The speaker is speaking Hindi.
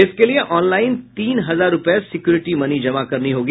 इसके लिये ऑनलाइन तीन हजार रूपये सिक्योरिटी मनी जमा करनी होगी